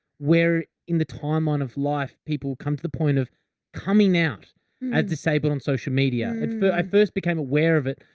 where in the timeline of life people come to the point of coming out as disabled on social media. i first became aware of it,